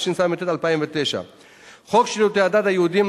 התשס"ט 2009. חוק שירותי הדת היהודיים ,